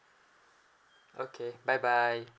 okay bye bye